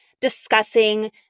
discussing